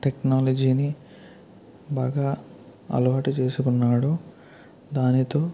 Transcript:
టెక్నాలజీని బాగా అలవాటు చేసుకున్నాడు దానితో